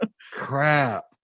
Crap